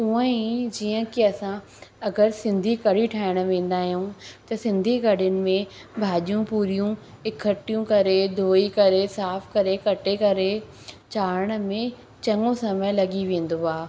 हूंअ ई जीअं की असां अगरि सिंधी कढ़ी ठाहिणु वेंदा आहियूं त सिंधी कढ़ी में भाॼियूं पूरियूं इकठियूं करे धोई करे साफ़ु करे कटे करे चाड़ण में चङो समय लॻी वेंदो आहे